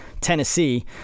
Tennessee